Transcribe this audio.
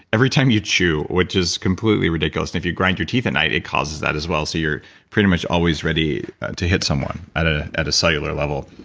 every time you chew, which is completely ridiculous. if you grind your teeth at night it causes that as well, so you're pretty much always ready to hit someone at ah at a cellular level,